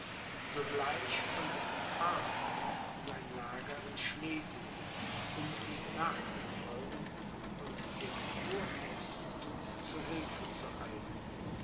sogleich verläßt arnheim sein lager in schlesien um ihm nachzufolgen und dem kurfürstenthum zu hilfe zu eilen